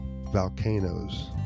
volcanoes